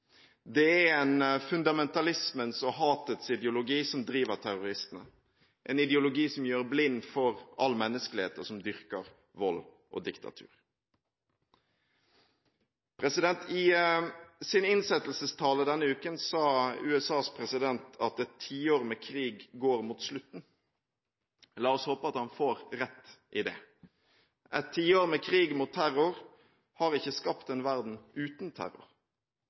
Det er en fundamentalismens og hatets ideologi som driver terroristene – en ideologi som gjør blind for all menneskelighet, og som dyrker vold og diktatur. I sin innsettelsestale denne uken sa USAs president at et tiår med krig går mot slutten. La oss håpe han får rett i det. Et tiår med krig mot terror har ikke skapt en verden uten terror.